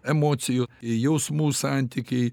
emocijų jausmų santykiai